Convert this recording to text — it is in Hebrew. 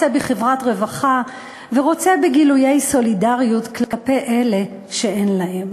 רוצה בחברת רווחה ורוצה בגילויי סולידריות כלפי אלה שאין להם,